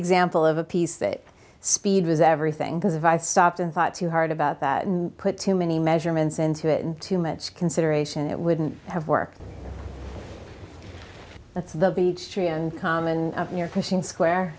example of a piece that speed was everything because if i've stopped and thought too hard about that and put too many measurements into it and too much consideration it wouldn't have worked that's the beech tree and common in your christian square